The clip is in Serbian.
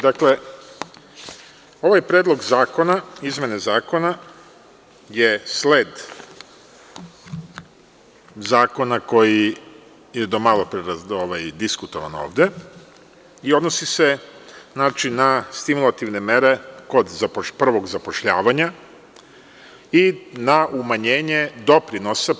Dakle, ove izmene zakona su sled zakona o kome je do malopre diskutovano ovde i odnosi se na stimulativne mere kod prvog zapošljavanja i na umanjenje doprinosa.